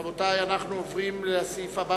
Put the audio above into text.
רבותי, אנו עוברים לסעיף הבא